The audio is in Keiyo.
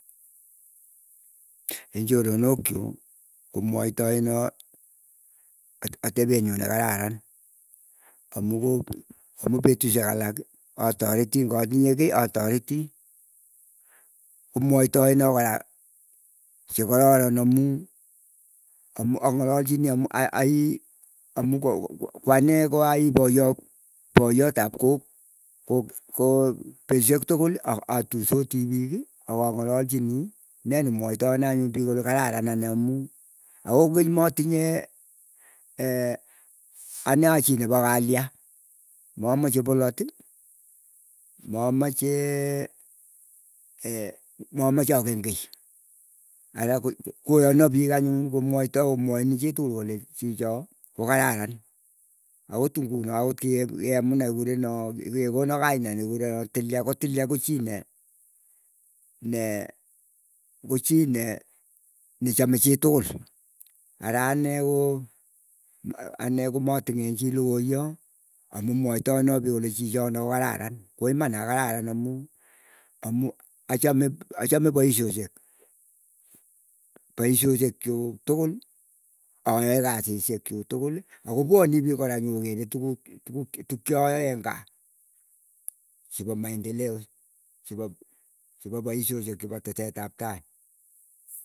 Ing choronok chuk, komwaitaena at- atepenyu nekararan, amu ko amu petushek alak atareti ng'atinye kiy atareti, komwaitaena koya chekororon amu ang'alalchini amu a- a aii amu ko- ko- ko kwane ko aii poyop poyot ap kok, kok ko petushek tukul a- atuisoti pik ak ang'alalchini ine ni mwaetaena anyun pik kole kararan ane amu akokokeny matinye ane a chii nepa kalya, mamache polat ii, mamache maamche apengei, ara ko- ko koyana pik anyun komwaitai komwaini chitukul kolechi chicho ko kararan, akot ng'uno akot kike kemuna kikurena kikekona kainet nyu kikurena tilya ko tilya ko chii ne ne ko chii ne nechame chi tukul, ara ane ko ane komatinye chii lokoya, amu mwaetaena pik kole chicho no kokararan, ko iman a kararan amu amu achame achame paisoshek, paisoshek chuk tukul ayae kasishek chuk tukul akopwani pik kora nyokokere tukuk tukuk tukchayae eng' kaa, chepa maendeleo chepa chepa paisoshek chepa teset ap tai.